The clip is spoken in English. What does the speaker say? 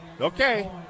Okay